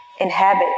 Inhabit